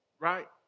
Right